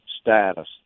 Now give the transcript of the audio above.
status